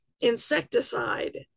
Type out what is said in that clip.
Insecticide